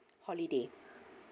holiday